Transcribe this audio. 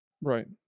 Right